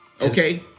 Okay